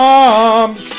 arms